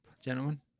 gentlemen